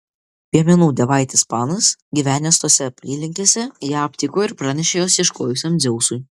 piemenų dievaitis panas gyvenęs tose apylinkėse ją aptiko ir pranešė jos ieškojusiam dzeusui